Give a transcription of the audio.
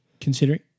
considering